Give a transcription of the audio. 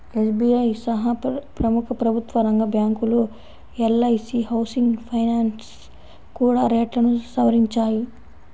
SBI సహా ప్రముఖ ప్రభుత్వరంగ బ్యాంకులు, ఎల్.ఐ.సీ హౌసింగ్ ఫైనాన్స్ కూడా రేట్లను సవరించాయి